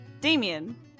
Damien